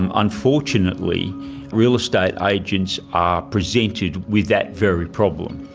um unfortunately real estate agents are presented with that very problem.